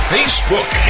Facebook